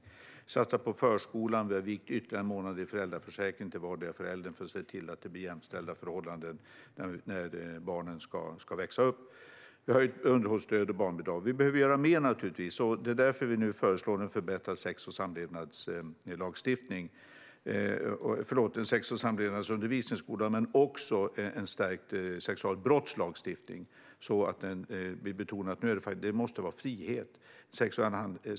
Vi har satsat på förskolan och infört ytterligare en månad i föräldraförsäkringen så att var och en av föräldrarna kan se till att det blir jämställda förhållanden under barnens uppväxt. Vi har höjt underhållsstöd och barnbidrag. Vi behöver naturligtvis göra mera. Det är därför som vi nu föreslår att man ska förbättra sex och samlevnadsundervisningen i skolan. Vi har också infört en stärkt sexualbrottslagstiftning.